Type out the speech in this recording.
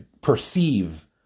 perceive